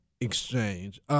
exchange